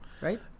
right